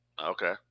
Okay